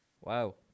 Wow